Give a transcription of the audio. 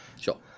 Sure